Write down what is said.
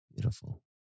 Beautiful